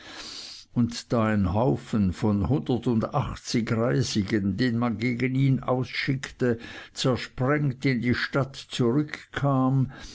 und da ein haufen von hundertundachtzig reisigen den man gegen ihn ausschickte zersprengt in die stadt zurückkam